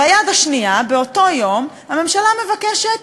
ביד השנייה, באותו יום, הממשלה מבקשת